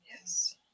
Yes